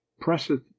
presseth